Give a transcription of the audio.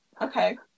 Okay